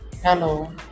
hello